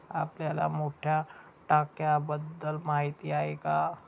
आपल्याला मोठ्या टाक्यांबद्दल माहिती आहे का?